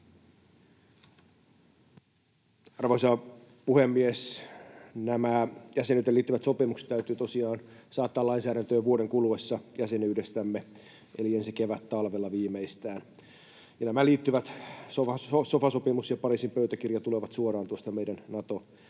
Arvoisa puhemies! Nämä jäsenyyteen liittyvät sopimukset täytyy tosiaan saattaa lainsäädäntöön vuoden kuluessa jäsenyydestämme eli ensi kevättalvella viimeistään. Nämä sofa-sopimus ja Pariisin pöytäkirja tulevat suoraan tuosta meidän